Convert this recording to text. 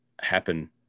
happen